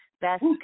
best